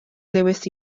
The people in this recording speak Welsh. lewis